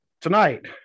tonight